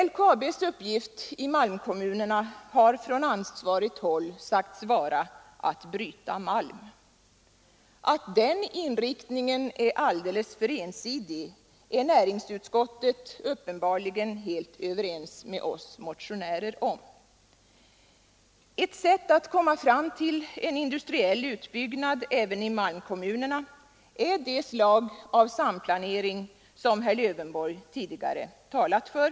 LKAB:s uppgift i malmkommunerna har från ansvarigt håll sagts vara att bryta malm. Att den inriktningen är alldeles för ensidig är näringsutskottet uppenbarligen helt överens med oss motionärer om. Ett sätt att komma fram till en industriell utbyggnad även i malmkommunerna är det slag av samplanering som herr Lövenborg tidigare talat för.